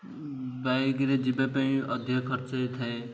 ବାଇକ୍ରେ ଯିବା ପାଇଁ ଅଧିକ ଖର୍ଚ୍ଚ ହେଇଥାଏ